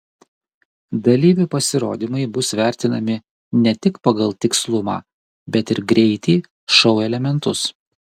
dalyvių pasirodymai bus vertinami ne tik pagal tikslumą bet ir greitį šou elementus